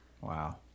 Wow